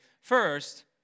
first